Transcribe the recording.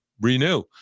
renew